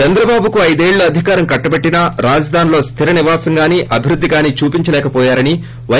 చంద్రబాబుకు అయిదేళ్లు అధికారం కట్టబెట్టినా రాజధానిలో స్దిర నివాసం గానీ అభివృద్దిని కానీ చూపించ లేక పోయారని పై